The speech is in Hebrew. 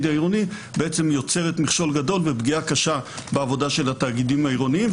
העירוני בעצם יוצר מכשול גדול ופגיעה קשה בעבודה של התאגידים העירוניים.